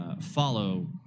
follow